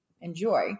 enjoy